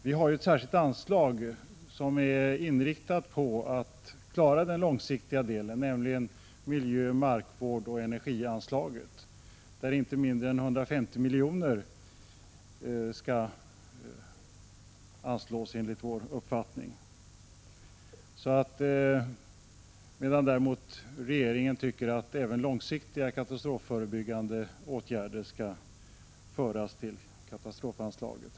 Vi har ett särskilt anslag som syftar till att klara den långsiktiga delen, nämligen miljö-, markvårdsoch energianslaget, där inte mindre än 150 milj.kr. enligt vår uppfattning skall utgå. Regeringen tycker däremot att även långsiktiga, katastrofförebyggande åtgärder skall föras till katastrofanslaget.